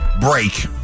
break